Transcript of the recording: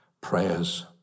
prayers